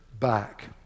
Back